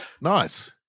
Nice